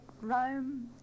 Rome